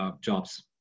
jobs